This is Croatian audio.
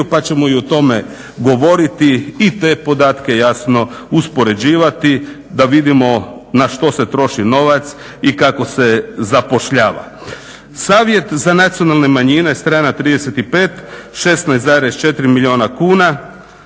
pa ćemo i o tome govoriti i te podatke jasno uspoređivati da vidimo na što se troši novac i kako se zapošljava. Savjet za nacionalne manjine, strana 35, 16,4 milijuna kuna,